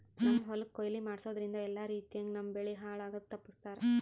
ನಮ್ಮ್ ಹೊಲಕ್ ಕೊಯ್ಲಿ ಮಾಡಸೂದ್ದ್ರಿಂದ ಎಲ್ಲಾ ರೀತಿಯಂಗ್ ನಮ್ ಬೆಳಿ ಹಾಳ್ ಆಗದು ತಪ್ಪಸ್ತಾರ್